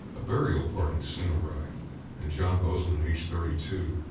a burial party soon arrived and john bozeman, age thirty two,